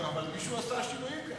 אבל מישהו עשה שינויים.